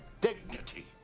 dignity